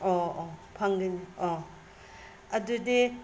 ꯑꯣ ꯑꯣ ꯐꯪꯒꯅꯤ ꯑꯣ ꯑꯗꯨꯗꯤ